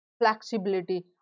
flexibility